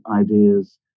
ideas